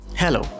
Hello